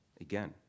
again